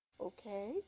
Okay